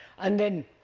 and then